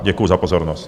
Děkuji za pozornost.